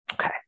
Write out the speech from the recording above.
Okay